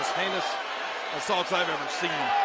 heinous assaults i've ever seen.